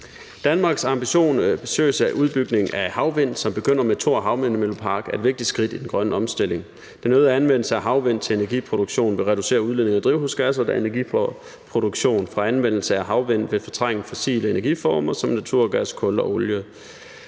Danmarks ambitiøse udbygning af havvindenergi, som begynder med Thor Havvindmøllepark, er et vigtigt skridt i den grønne omstilling. Den øgede anvendelse af havvind til energiproduktion vil reducere udledning af drivhusgasser, da energiproduktion fra anvendelse af havvind vil fortrænge fossile energiformer som naturgas, kul og olie.